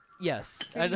yes